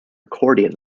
accordion